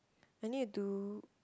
I need to do